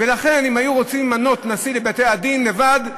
ולכן אם היו רוצים למנות נשיא לבתי-הדין לבד,